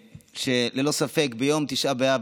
שללא ספק ביום תשעה באב,